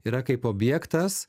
yra kaip objektas